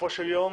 בסופו של יום